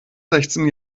sechzehn